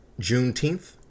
Juneteenth